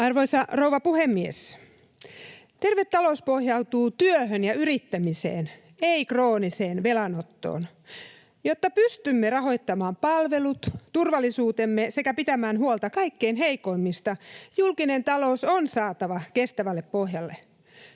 Arvoisa rouva puhemies! Terve talous pohjautuu työhön ja yrittämiseen, ei krooniseen velanottoon. Jotta pystymme rahoittamaan palvelut ja turvallisuutemme sekä pitämään huolta kaikkein heikoimmista, julkinen talous on saatava kestävälle pohjalle.